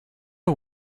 are